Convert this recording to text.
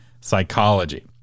psychology